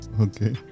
Okay